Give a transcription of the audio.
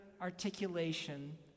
articulation